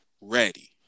ready